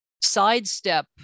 sidestep